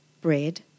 bread